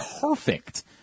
perfect